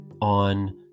on